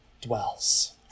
dwells